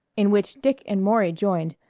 in which dick and maury joined,